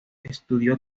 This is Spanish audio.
estudió